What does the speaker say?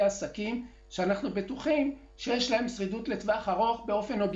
עסקים שאנחנו בטוחים שיש להם שרידות לטווח ארוך באופן אובייקטיבי.